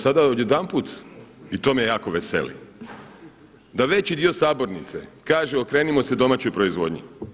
Sada odjedanput i to me jako veseli da veći dio sabornice kaže okrenimo se domaćoj proizvodnji.